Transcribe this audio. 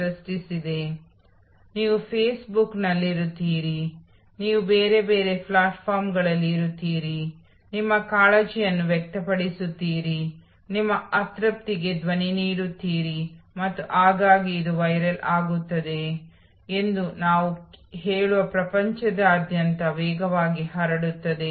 ನೋಡಿದಾಗ ನಾವು ಅದನ್ನು ಎರಡು ಹಂತಗಳಾಗಿ ವಿಂಗಡಿಸುತ್ತೇವೆ ಎದುರು ಭಾಗವನ್ನು ಮುಂಭಾಗದ ಹಂತ ಎಂದು ಕರೆಯಲಾಗುತ್ತದೆ ಇದು ಮನೆಯ ಹಿಂಭಾಗವಾಗಿದೆ